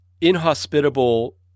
inhospitable